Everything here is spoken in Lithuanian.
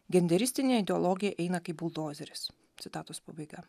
genderistinė ideologija eina kaip buldozeris citatos pabaiga